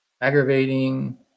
aggravating